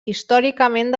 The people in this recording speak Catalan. històricament